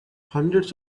hundreds